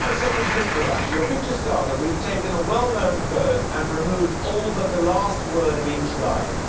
second picture round. your picture starter. we've taken a well-known poem and removed all but the last word of each line.